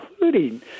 including